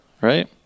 right